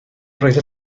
roedd